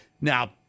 Now